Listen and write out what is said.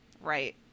Right